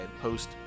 post